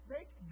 Make